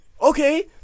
Okay